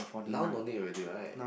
now no need already right